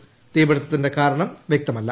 ത്രീപിടുത്തത്തിന്റെ കാരണം വൃക്തമല്ല